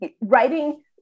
writing